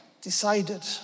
decided